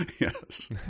yes